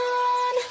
on